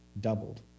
doubled